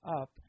up